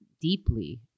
deeply